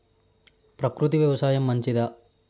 ప్రకృతి వ్యవసాయం మంచిదా?